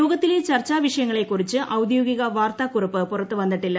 യോഗത്തിലെ ചർച്ചാ വിഷയങ്ങളെക്കുറിച്ച് ഔദ്യോഗിക വാർത്താക്കുറിപ്പ് പുറത്ത് വന്നിട്ടില്ല